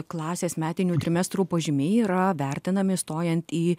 klasės metinių trimestrų pažymiai yra vertinami stojant į